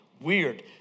weird